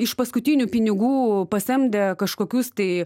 iš paskutinių pinigų pasamdė kažkokius tai